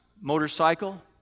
motorcycle